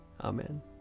Amen